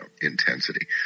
intensity